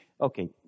Okay